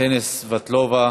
קסניה סבטלובה,